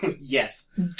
Yes